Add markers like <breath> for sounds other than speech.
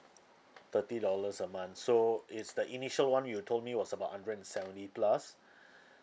thirty dollars a month so it's the initial one you told me was about hundred and seventy plus <breath>